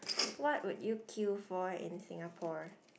what would you queue for in Singapore